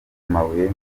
amabuye